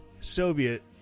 soviet